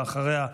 ואחריה,